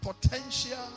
potential